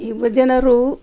ಯುವ ಜನರು